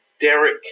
Derek